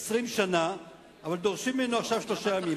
20 שנה, אבל דורשים ממנו עכשיו שלושה ימים.